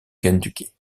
kentucky